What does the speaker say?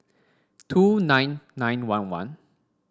two nine nine one one